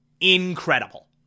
incredible